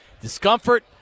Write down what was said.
discomfort